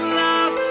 love